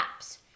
apps